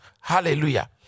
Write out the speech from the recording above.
Hallelujah